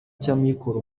cy’amikoro